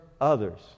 others